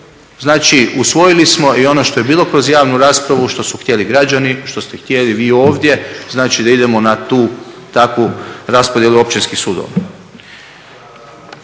Znači, usvojili smo i ono što je bilo kroz javnu raspravu, što su htjeli građani, što ste htjeli vi ovdje, znači da idemo na tu takvu raspodjelu općinskih sudova.